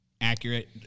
accurate